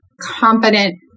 competent